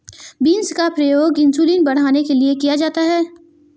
beans का प्रयोग insulin बढ़ाने के लिए किया जाता है